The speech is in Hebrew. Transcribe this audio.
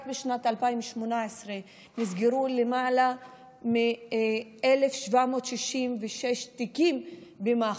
רק בשנת 2018 נסגרו למעלה מ-1,766 תיקים במח"ש.